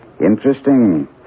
Interesting